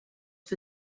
for